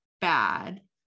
bad